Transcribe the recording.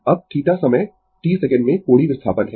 अब θ समय t second में कोणीय विस्थापन है